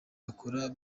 bakora